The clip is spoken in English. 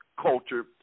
culture